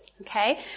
Okay